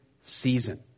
season